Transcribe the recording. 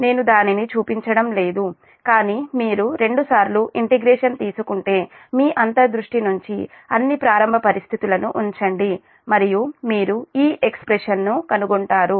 నేను దానిని చూపించడం లేదు కానీ మీరు రెండు సార్లు ఇంటిగ్రేషన్ తీసుకుంటే మీ అంతర్ దృష్టి నుంచి అన్ని ప్రారంభ పరిస్థితులను ఉంచండి మరియు మీరు ఈ ఎక్స్ప్రెషన్ కనుగొంటారు